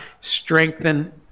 strengthen